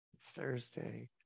Thursday